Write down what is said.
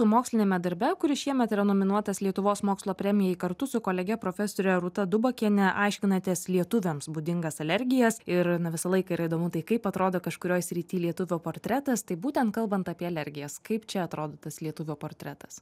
moksliniame darbe kuris šiemet yra nominuotas lietuvos mokslo premijai kartu su kolege profesore rūta dubakiene aiškinatės lietuviams būdingas alergijas ir na visą laiką yra įdomu tai kaip atrodo kažkurioj srity lietuvio portretas tai būtent kalbant apie alergijas kaip čia atrodo tas lietuvio portretas